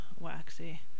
waxy